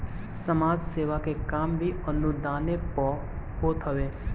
समाज सेवा के काम भी अनुदाने पअ होत हवे